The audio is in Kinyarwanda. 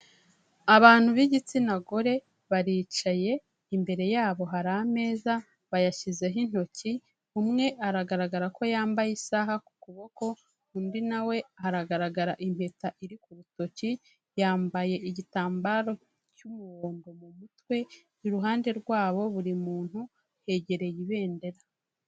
Abantu b'igitsina gore baricaye, imbere yabo hari ameza, bayashyizeho intoki, umwe aragaragara ko yambaye isaha ku kuboko, undi nawe haragaragara impeta iri ku rutoki, yambaye igitambaro cy'umuhondo mu mutwe, iruhande rwabo buri muntu yegereye ibendera.